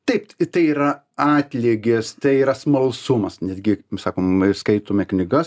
taip tai yra atlygis tai yra smalsumas netgi kaip sakom skaitome knygas